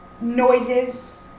noises